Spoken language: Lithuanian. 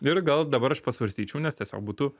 ir gal dabar aš pasvarstyčiau nes tiesiog būtų